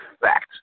fact